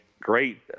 Great